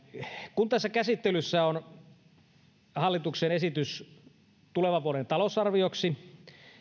kun tässä käsittelyssä on hallituksen esitys tulevan vuoden talousarvioksi